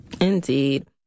Indeed